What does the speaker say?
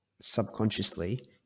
subconsciously